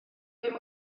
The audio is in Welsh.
ddim